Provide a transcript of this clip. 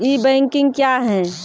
ई banking क्या हैं?